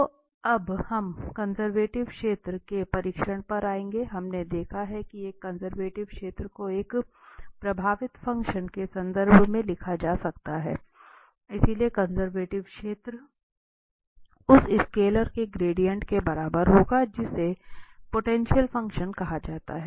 तो अब हम कंजर्वेटिव क्षेत्र के परीक्षण पर आएंगे हमने देखा है कि एक कंजर्वेटिव क्षेत्र को एक संभावित फ़ंक्शन के संदर्भ में लिखा जा सकता है इसलिए कंजर्वेटिव क्षेत्र उस स्केलर के ग्रेडिएंट के बराबर होगा जिसे पोटेंशियल फ़ंक्शन कहा जाता है